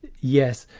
yes,